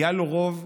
היה לו רוב,